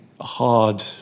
hard